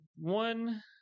one